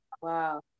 Wow